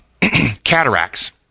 cataracts